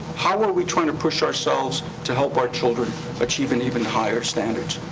how are we trying to push ourselves to help our children achieve an even higher standard?